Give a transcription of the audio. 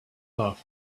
laugh